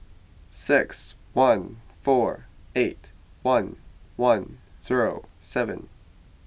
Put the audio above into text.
six one four eight one one zero seven